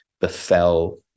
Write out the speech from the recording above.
befell